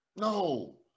No